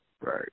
Right